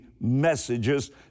messages